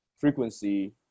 frequency